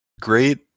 great –